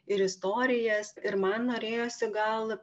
ir istorijas ir man norėjosi gal